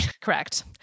Correct